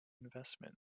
investment